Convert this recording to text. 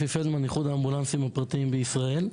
אפי פלדמן, איחוד האמבולנסים הפרטיים בישראל.